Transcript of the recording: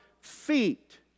feet